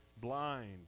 blind